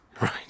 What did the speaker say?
Right